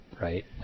right